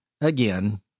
Again